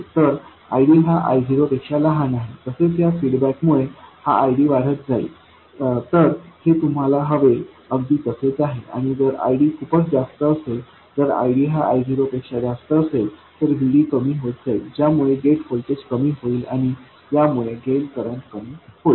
तर ID हा I0 पेक्षा लहान आहे तसेच ह्या फीडबॅक मुळे हा ID वाढत जाईल तर हे तुम्हाला हवे अगदी तसेच आहे किंवा जर ID खूपच जास्त असेल जर ID हा I0 पेक्षा जास्त असेल तर VD कमी होत जाईल ज्यामुळे गेट व्होल्टेज कमी होईल आणि यामुळे ड्रेन करंट कमी होईल